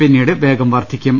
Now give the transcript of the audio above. പിന്നീട് വേഗം വർധിക്കും